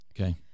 Okay